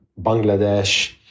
Bangladesh